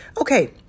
Okay